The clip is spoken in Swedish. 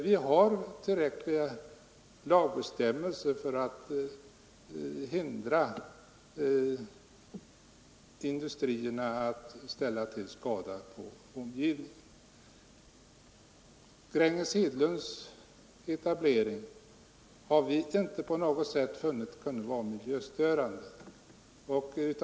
Vi har tillräckliga lagbestämmelser för att hindra industrierna att skada omgivningen. Beträffande Gränges Hedlunds etablering har vi inte på något sätt kunnat finna att den skulle innebära något miljöstörande.